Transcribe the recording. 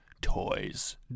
Toys